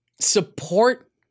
Support